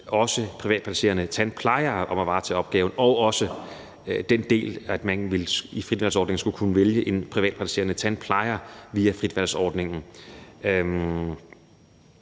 med privatpraktiserende tandplejere om at varetage opgaven, og at man også skal kunne vælge en privatpraktiserende tandplejer via fritvalgsordningen.